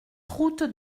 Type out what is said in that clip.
route